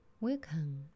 Welcome